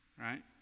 Right